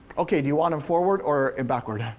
okay do you want em forward or and backward?